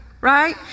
Right